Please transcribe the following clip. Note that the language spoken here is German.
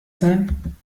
sein